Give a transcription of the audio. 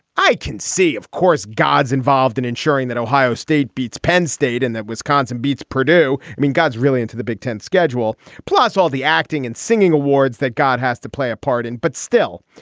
i can see, of course, god's involved in ensuring that ohio state beats penn state and that wisconsin beats purdue. i mean, god's really into the big ten schedule plus all the acting and singing awards that god has to play a part in. but still,